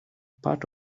part